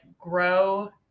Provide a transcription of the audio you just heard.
grow